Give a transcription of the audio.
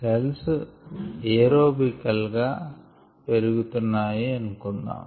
cells ఎరోబికల్ గా పెరుగుతున్నాయి అనుకుందాము